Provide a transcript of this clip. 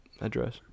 address